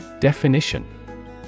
Definition